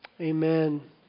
Amen